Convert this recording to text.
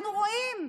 אנחנו רואים,